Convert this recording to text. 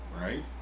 Right